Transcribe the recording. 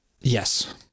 Yes